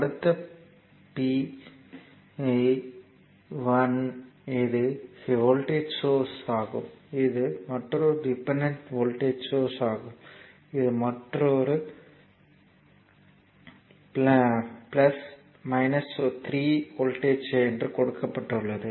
அந்த p power power p 1 இது ஒரு வோல்ட்டேஜ் சோர்ஸ் ஆகும் இது மற்றொரு டிபெண்டன்ட் வோல்ட்டேஜ் சோர்ஸ் ஆகும் இது மற்றொரு மற்றொரு சோர்ஸ் யும் உள்ளது ஆனால் முனையம் 3 வோல்ட்டேஜ் கொடுக்கப்பட்டுள்ளது